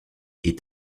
est